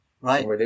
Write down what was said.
Right